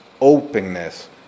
openness